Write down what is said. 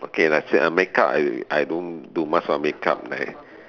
okay lah makeup I I don't do much of makeup like